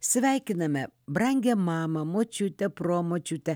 sveikiname brangią mamą močiutę promočiutę